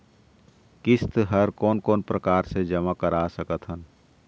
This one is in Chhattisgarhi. किस्त हर कोन कोन प्रकार से जमा करा सकत हन?